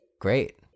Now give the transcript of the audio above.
Great